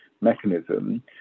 mechanism